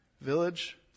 Village